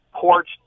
porch